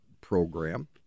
program